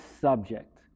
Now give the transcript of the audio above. subject